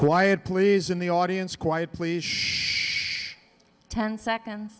quiet please in the audience quiet please ten seconds